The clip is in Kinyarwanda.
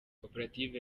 koperative